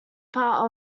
part